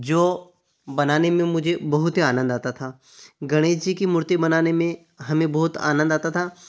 जो बनाने में मुझे बहुत ही आनंद आता था गणेश जी की मूर्ति बनाने में हमें बहुत आनंद आता था